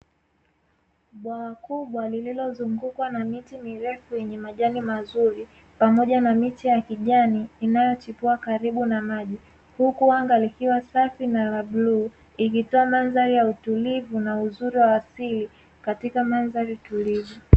Bwawa kubwa lililozungukwa na miti mingi mirefu yenye majani mazuri pamoja na miti ya kijani inayojipua karibu na maji, huku anga likiwa safi na la bluu, ikitoa mandhari ya utulivu na uzuri wa asili katika mandhari tulivu.